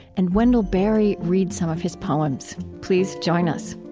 and wendell berry reads some of his poems. please join us